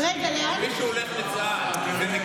מי שהולך לצה"ל זה נקרא נשירה?